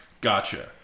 Gotcha